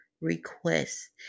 requests